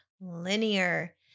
linear